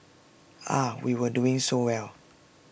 ah we were doing so well